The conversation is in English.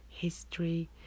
history